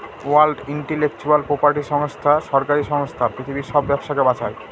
world intellectual property সংস্থা সরকারি সংস্থা পৃথিবীর সব ব্যবসাকে বাঁচায়